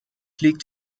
liegt